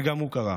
וגם הוא קרה.